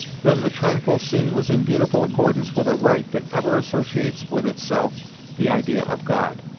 then the tranquil scene was in beautiful accordance with a rite that ever associates with itself the idea of god.